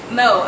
no